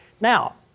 Now